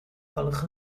gwelwch